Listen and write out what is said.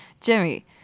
Jimmy